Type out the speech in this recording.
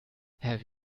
have